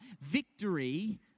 Victory